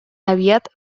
aviat